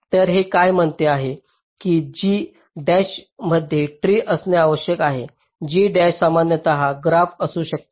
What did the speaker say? तर हे काय म्हणते आहे की या G डॅशमध्ये ट्री असणे आवश्यक नाही G डॅश सामान्य ग्राफ असू शकतो